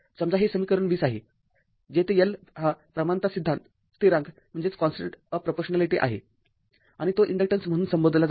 समजा हे समीकरण २० आहे जेथे L हा प्रमाणता स्थिरांक आहे आणि तो इन्डक्टन्स म्हणून संबोधला जातो